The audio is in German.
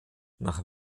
nach